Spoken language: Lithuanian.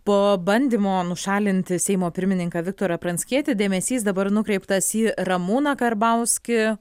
po bandymo nušalinti seimo pirmininką viktorą pranckietį dėmesys dabar nukreiptas į ramūną karbauskį